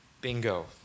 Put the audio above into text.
Bingo